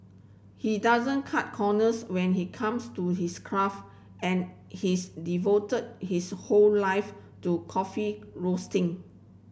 he doesn't cut corners when he comes to his craft and he's devoted his whole life to coffee roasting